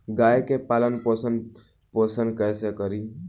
गाय के पालन पोषण पोषण कैसे करी?